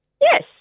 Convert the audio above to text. Yes